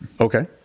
Okay